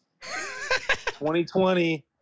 2020